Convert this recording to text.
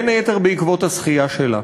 בין היתר בעקבות השחייה שלה.